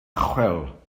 chwil